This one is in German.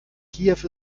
kiew